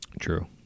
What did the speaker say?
True